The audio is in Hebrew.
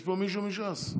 יש פה מישהו מש"ס?